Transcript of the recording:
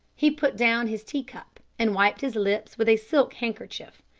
he put down his tea cup and wiped his lips with a silk handkerchief.